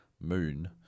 moon